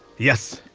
yes!